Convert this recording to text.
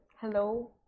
Hello